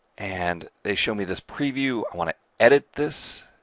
and they show me this preview. i want to edit this.